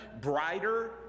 brighter